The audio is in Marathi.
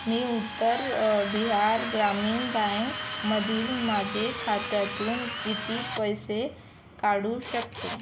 मी उत्तर बिहार ग्रामीण बँकमधील माझे खात्यातून किती पैसे काढू शकतो